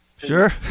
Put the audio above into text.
Sure